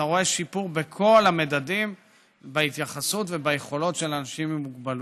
אתה רואה שיפור בכל המדדים בהתייחסות וביכולות של אנשים עם מוגבלויות.